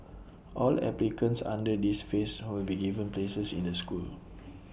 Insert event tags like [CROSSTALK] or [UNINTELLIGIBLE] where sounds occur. all applicants under this phase [UNINTELLIGIBLE] be given places in the school